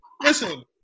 Listen